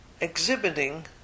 Exhibiting